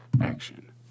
action